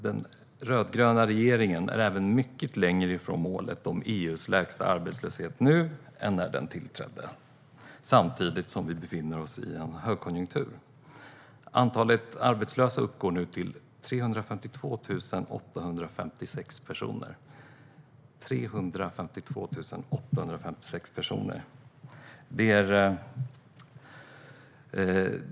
Den rödgröna regeringen är mycket längre ifrån målet om EU:s lägsta arbetslöshet nu än när den tillträdde, samtidigt som vi befinner oss i en högkonjunktur. Antalet arbetslösa uppgår nu till 352 856 personer - 352 856 personer.